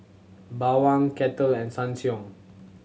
Bawang Kettle and Ssangyong